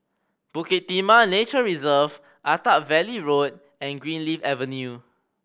Bukit Timah Nature Reserve Attap Valley Road and Greenleaf Avenue